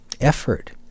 effort